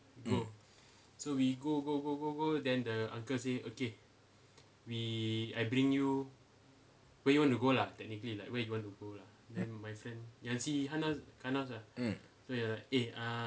mm mm